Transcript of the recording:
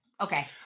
Okay